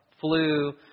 flu